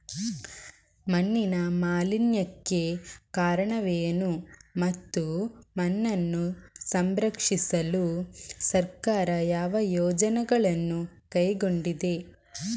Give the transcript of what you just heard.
ಮಣ್ಣಿನ ಮಾಲಿನ್ಯಕ್ಕೆ ಕಾರಣವೇನು ಮತ್ತು ಮಣ್ಣನ್ನು ಸಂರಕ್ಷಿಸಲು ಸರ್ಕಾರ ಯಾವ ಯೋಜನೆಗಳನ್ನು ಕೈಗೊಂಡಿದೆ?